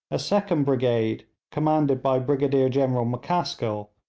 a second brigade commanded by brigadier-general mccaskill,